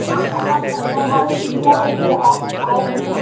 हम बरना पर से उघारे ले गए थे जो आए आए भी ना